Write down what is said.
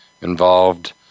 involved